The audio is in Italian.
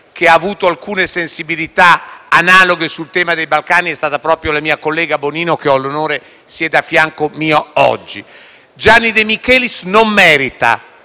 Gianni De Michelis non merita